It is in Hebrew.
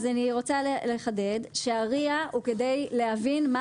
אז אני רוצה לחדד: ה-RIA הוא כדי להבין מה